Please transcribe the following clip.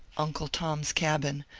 uncle tom s cabin,